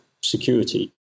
security